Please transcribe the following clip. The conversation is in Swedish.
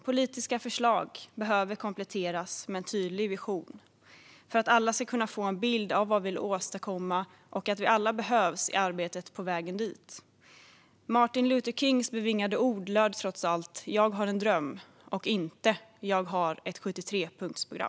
Politiska förslag behöver kompletteras med en tydlig vision för att alla ska kunna få en bild av vad vi vill åstadkomma och att vi alla behövs i arbetet på vägen dit. Martin Luther Kings bevingade ord var trots allt "Jag har en dröm", inte "Jag har ett 73-punktsprogram".